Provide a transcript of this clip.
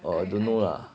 well I don't know lah